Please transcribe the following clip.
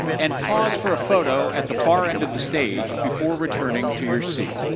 and pause for a photo at the far end of the stage before returning to your seat.